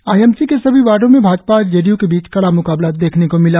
आई M C के सभी वार्डो में भाजपा और जे डी यू के बीच कड़ा मुकाबला देखने मिला